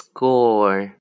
Score